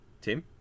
Tim